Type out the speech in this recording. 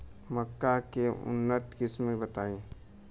मक्का के उन्नत किस्म बताई?